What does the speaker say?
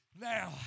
Now